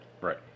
Right